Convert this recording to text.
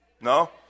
No